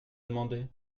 demandé